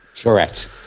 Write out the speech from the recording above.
Correct